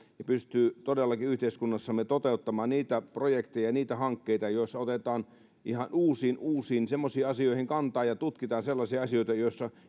sitra pystyy todellakin yhteiskunnassamme toteuttamaan niitä projekteja ja niitä hankkeita joissa otetaan ihan uusiin uusiin asioihin kantaa ja tutkitaan sellaisia asioita